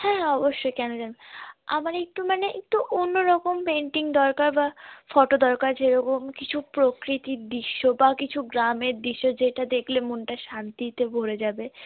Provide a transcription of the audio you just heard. হ্যাঁ হ্যাঁ অবশ্যই কেন আমার একটু মানে একটু অন্য রকম পেন্টিং দরকার বা ফটো দরকার যেরকম কিছু প্রকৃতির দিশ্য বা কিছু গ্রামের দিশ্য যেটা দেখলে মনটা শান্তিতে ভরে যাবে